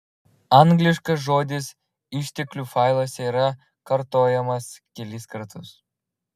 angliškas žodis išteklių failuose yra kartojamas kelis kartus